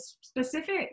specific